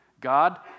God